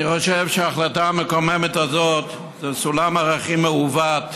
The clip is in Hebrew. אני חושב שההחלטה המקוממת הזאת זה סולם ערכים מעוות,